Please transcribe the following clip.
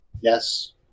yes